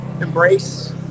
embrace